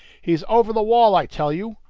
he's over the wall, i tell you!